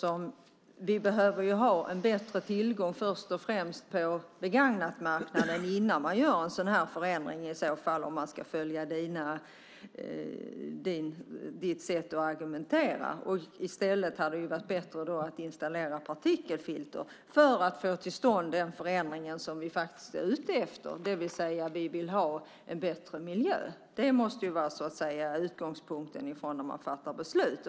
Om man följer Lena Asplunds sätt att argumentera behöver vi först en bättre tillgång på begagnatmarknaden för att sedan kunna göra en sådan förändring. Det hade varit bättre att i stället installera partikelfilter för att få till stånd den förändring som vi är ute efter, nämligen en bättre miljö. Det måste vara utgångspunkten när man fattar beslut.